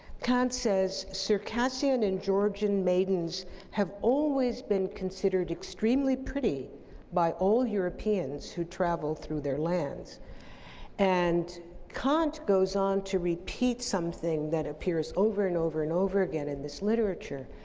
kant says, circassian and georgian maidens have always been considered extremely pretty by all europeans who travel through their lands and kant goes on to repeat something that appears over and over and over again in this literature,